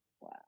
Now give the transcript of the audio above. Wow